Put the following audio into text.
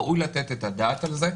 ראוי לתת את הדעת על זה.